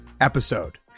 episode